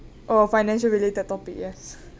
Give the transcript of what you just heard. oh financial related topic yes